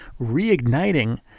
reigniting